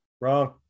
Wrong